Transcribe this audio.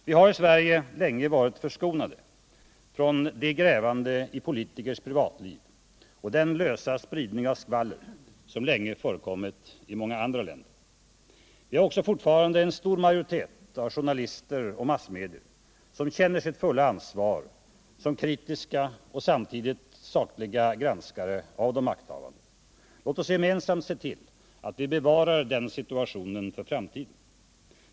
Vi har : Sverige länge varit förskonade från det grävande i politikers privatliv och den lösa spridning av skvaller som länge förekommit i andra länder. Vi har också fortfarande en stor majoritet av journalister och massmedier som känner sitt fulla ansvar som kritiska och samtidigt sakliga granskare av de makthavande. Låt oss gemensamt se till att vi bevarar den situationen för framtiden.